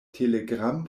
telegram